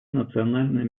национальные